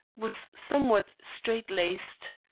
was somewhat straight-laced.